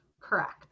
Correct